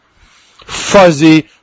fuzzy